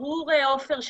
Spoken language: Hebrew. עופר,